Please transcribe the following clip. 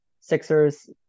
sixers